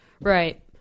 Right